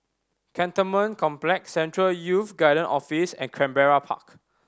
Cantonment Complex Central Youth Guidance Office and Canberra Park